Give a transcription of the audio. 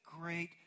great